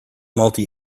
multi